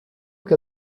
que